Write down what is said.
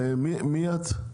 מי את?